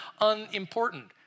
unimportant